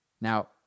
Now